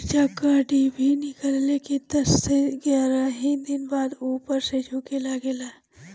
मिरचा क डिभी निकलले के दस से एग्यारह दिन बाद उपर से झुके लागेला?